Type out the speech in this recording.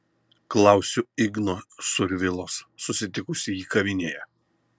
klausiu igno survilos susitikusi jį kavinėje